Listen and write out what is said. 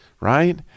right